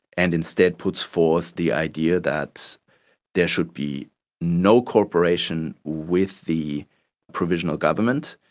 and instead puts forth the idea that there should be no cooperation with the provisional government,